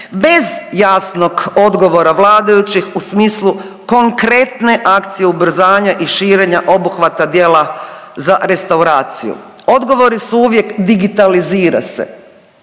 bez jasnog odgovora vladajućih u smislu konkretne akcije ubrzanja i širenja obuhvata dijela za restauraciju. Odgovori su uvijek digitalizira se,